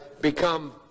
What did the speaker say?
become